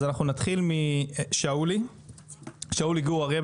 אז אנחנו נתחיל משאולי גור אריה,